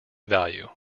value